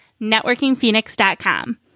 NetworkingPhoenix.com